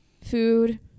food